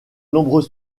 nombreux